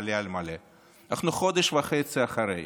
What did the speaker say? אנחנו חודש וחצי אחרי,